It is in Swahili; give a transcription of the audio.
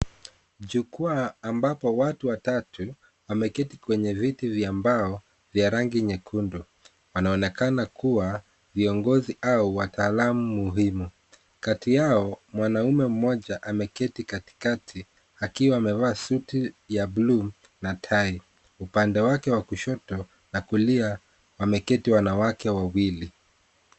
Jukwaa ambapo watu watatu wameketi kwenye viti vya mbao vya rangi nyekundu. Wanaonekana kuwa viongozi au wataalamu muhimu. Kati yao mwanamume mmoja ameketi katikati akiwa amevaa suti ya buluu na tai. Upande wake wa kushoto na kulia wameketi wanawake wawili.